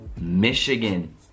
Michigan